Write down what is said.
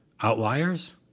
outliers